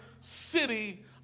city